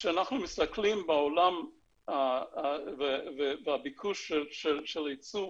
כשאנחנו מסתכלים בעולם ובביקוש של היצוא,